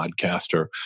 podcaster